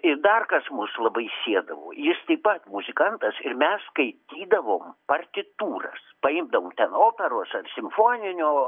ir dar kas mus labai siedavo jis taip pat muzikantas ir mes skaitydavom partitūras paimdavom ten operos ar simfoninio